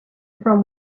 from